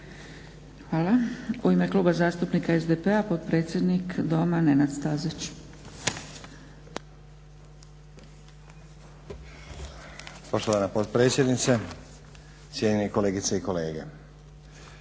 Hvala. U ime Kluba zastupnik SDP-a potpredsjednik doma Nenad Stazić. **Stazić, Nenad (SDP)** Poštovana potpredsjednice, cijenjeni kolegice i kolege.